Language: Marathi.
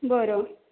बरं